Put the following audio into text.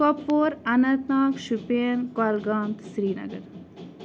کۄپوور Anantnag Shopian Kulgam تہٕ سرینگر